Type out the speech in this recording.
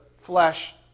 flesh